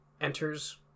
enters